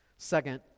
Second